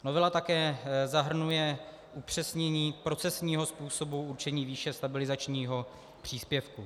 Novela také zahrnuje upřesnění procesního způsobu určení výše stabilizačního příspěvku.